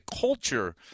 culture